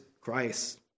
Christ